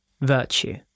virtue